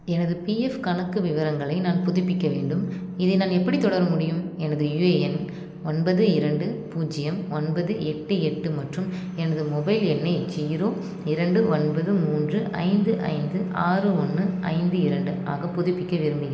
எனது பிஎஃப் கணக்கு விவரங்களை நான் புதுப்பிக்க வேண்டும் இதை நான் எப்படி தொடர முடியும் எனது யுஏஎன் ஒன்பது இரண்டு பூஜ்ஜியம் ஒன்பது எட்டு எட்டு மற்றும் எனது மொபைல் எண்ணை ஜீரோ இரண்டு ஒன்பது மூன்று ஐந்து ஐந்து ஆறு ஒன்று ஐந்து இரண்டு ஆக புதுப்பிக்க விரும்புகிறேன்